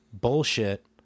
bullshit